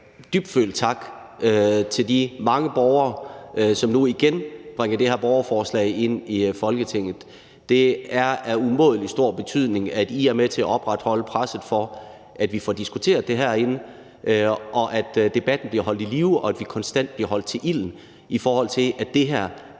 dybfølt tak til de mange borgere, som nu igen bringer det her borgerforslag ind i Folketinget. Det er af umådelig stor betydning, at de er med til at opretholde presset for, at vi får diskuteret det herinde, og at debatten bliver holdt i live, og at vi konstant bliver holdt til ilden, i forhold til at det her er en fuldstændig absurd urimelighed i